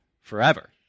Forever